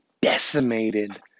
decimated